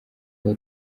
iyi